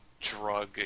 Drug